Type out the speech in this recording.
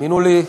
האמינו לי,